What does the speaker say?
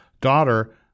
daughter